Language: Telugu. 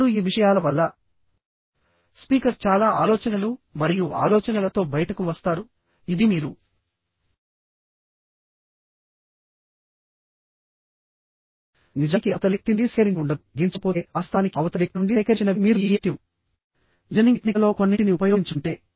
ఇప్పుడు ఈ విషయాల వల్ల స్పీకర్ చాలా ఆలోచనలు మరియు ఆలోచనలతో బయటకు వస్తారు ఇది మీరు నిజానికి అవతలి వ్యక్తి నుండి సేకరించి ఉండదు దించకపోతే వాస్తవానికి అవతలి వ్యక్తి నుండి సేకరించినవిమీరు ఈ యాక్టివ్ లిజనింగ్ టెక్నిక్లలో కొన్నింటిని ఉపయోగించకుంటే